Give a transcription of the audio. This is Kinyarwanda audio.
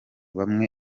bamwe